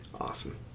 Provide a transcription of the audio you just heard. Awesome